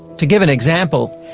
to give an example,